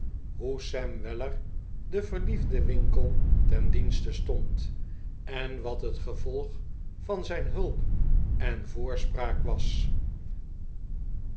weller den verliefden winkle ten dienste stond en wat het gevolg van zijn hulp en voorspraak was